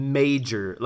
major